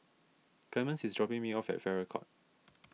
Clemence is dropping me off at Farrer Court